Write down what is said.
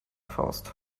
faust